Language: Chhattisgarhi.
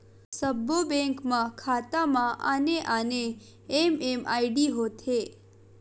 सब्बो बेंक खाता म आने आने एम.एम.आई.डी होथे